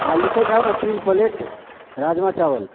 हँ लिखैत जाउ ने तीन प्लेट राजमा चावल